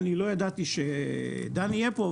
אני לא ידעתי שדני יהיה פה,